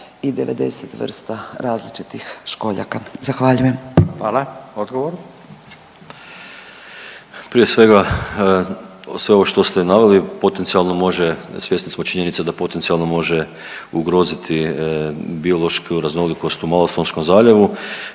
(Nezavisni)** Hvala. Odgovor. **Tušek, Zdravko** Prije svega, sve ovo što ste naveli, potencijalno može, svjesni smo činjenice da potencijalno može ugroziti biološku raznolikost u Malostonskom zaljevu.